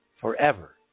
forever